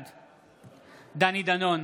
בעד דני דנון,